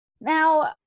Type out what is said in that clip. Now